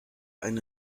eine